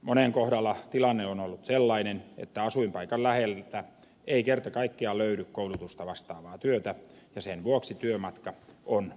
monen kohdalla tilanne on ollut sellainen että asuinpaikan läheltä ei kerta kaikkiaan löydy koulutusta vastaavaa työtä ja sen vuoksi työmatka on pitkä